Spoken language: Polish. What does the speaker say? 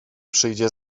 przyjdzie